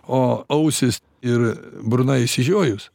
o ausys ir burna išsižiojus